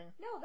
No